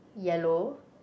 yellow